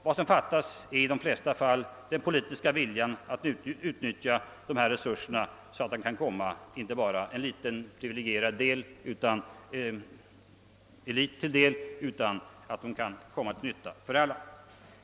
Vad som fattas är i de flesta fall den politiska viljan att utnytt ja resurserna så att de kan komma inte bara en liten privilegierad elit till del utan bli till nytta för alla.